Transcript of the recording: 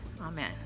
Amen